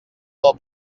del